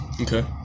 Okay